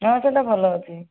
ହଁ ସେହିଟା ଭଲ ଅଛି